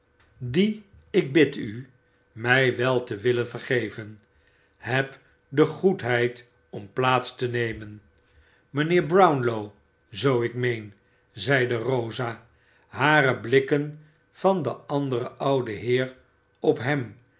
die ik bid u mij wel te willen vergeven heb de goedheid om plaats te nemen mijnheer brownlow zoo ik meen zeide rosa hare blikken van den anderen ouden heer op hem